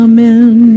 Amen